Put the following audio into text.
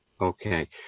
Okay